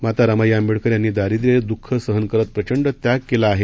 माता रमाई आंबेडकर यांनी दारिद्व्य दुःख सहन करत प्रचंड त्याग केला आहे